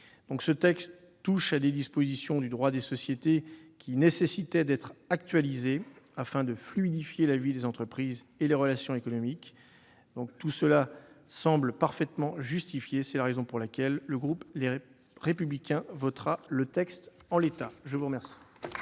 Ce texte touche à des dispositions du droit des sociétés qui nécessitaient d'être actualisées, afin de fluidifier la vie des entreprises et les relations économiques. Tout cela semble parfaitement justifié. C'est pourquoi le groupe Les Républicains votera le texte en l'état. La discussion